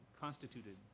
constituted